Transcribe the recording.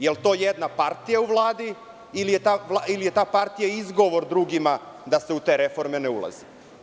Jel to jedna partija u Vladi ili je ta partija izgovor drugima da se u te reforme ne ulazi?